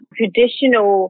traditional